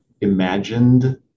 imagined